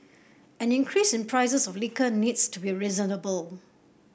any increase in prices of liquor needs to be reasonable